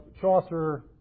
Chaucer